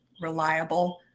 reliable